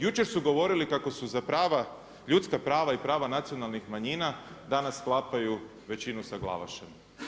Jučer su govorili kako su za prava, ljudska prava i prava nacionalnih manjina, danas sklapaju većinu sa Glavašem.